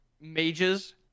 mages